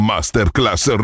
Masterclass